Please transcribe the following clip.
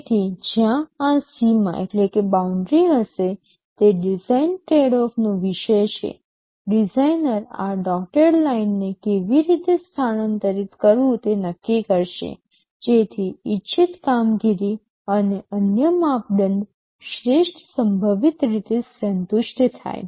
તેથી જ્યાં આ સીમા હશે તે ડિઝાઇન ટ્રેડઓફ નો વિષય છે ડિઝાઇનર આ ડોટેડ લાઇનને કેવી રીતે સ્થાનાંતરિત કરવું તે નક્કી કરશે જેથી ઇચ્છિત કામગીરી અને અન્ય માપદંડ શ્રેષ્ઠ સંભવિત રીતે સંતુષ્ટ થાય